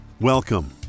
Welcome